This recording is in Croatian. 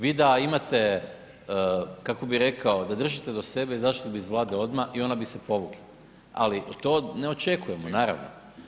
Vi da imate kako bi rekao, da držite do sebe, izašli bi iz Vlade odmah i ona bi se povukla ali to ne očekujemo, naravno.